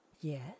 yes